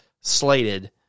slated